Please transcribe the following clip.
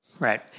Right